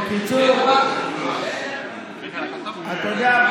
בקיצור, אתה יודע,